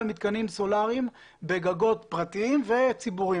מתקנים סולריים בגגות פרטיים וציבוריים?